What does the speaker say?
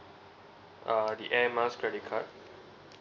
uh the air miles credit card